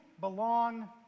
belong